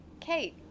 Kate